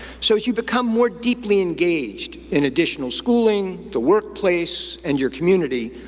so, as you become more deeply engaged in additional schooling, the workplace, and your community,